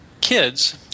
kids